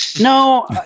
No